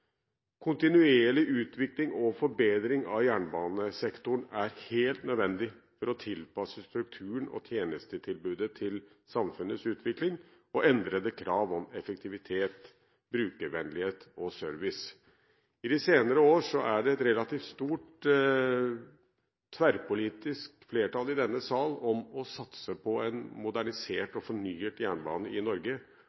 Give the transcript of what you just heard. kontinuerlig utvikling og forbedring av jernbanesektoren er helt nødvendig for å tilpasse strukturen og tjenestetilbudet til samfunnets utvikling og til endrede krav om effektivitet, brukervennlighet og service. I de senere år er det et relativt stort tverrpolitisk flertall i denne sal for å satse på en modernisert